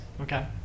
Okay